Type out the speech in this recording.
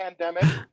pandemic